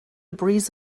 breeze